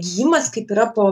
gijimas kaip yra po